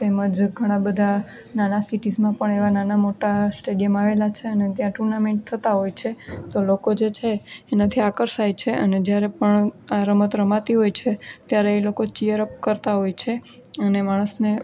તેમજ ઘણા બધા નાના સીટીઝમાં પણ એવા નાના મોટા સ્ટેડિયમ આવેલા છે અને ત્યાં ટુર્નામેન્ટ થતા હોય છે તો લોકો જ રહે છે એનાથી આકર્ષાય છે અને જ્યારે પણ આ રમત રમાતી હોય છે ત્યારે એ લોકો ચીયરઅપ કરતા હોય છે અને માણસને